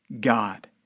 God